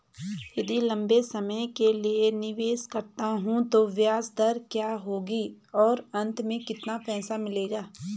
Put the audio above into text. यदि लंबे समय के लिए निवेश करता हूँ तो ब्याज दर क्या होगी और अंत में कितना पैसा मिलेगा?